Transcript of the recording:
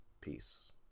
peace